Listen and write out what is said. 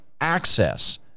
access